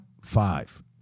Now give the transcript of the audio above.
Five